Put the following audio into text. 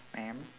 ma'am